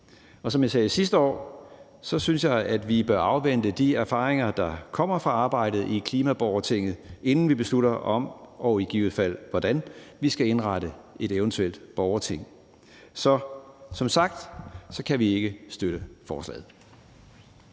Og som jeg sagde sidste år, synes jeg, at vi bør afvente de erfaringer, der kommer fra arbejdet i klimaborgertinget, inden vi beslutter, om og i givet fald hvordan vi skal indrette et eventuelt borgerting. Så som sagt kan vi ikke støtte forslaget.